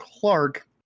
Clark